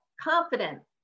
confident